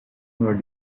where